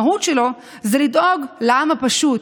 המהות שלו זה לדאוג לעם הפשוט,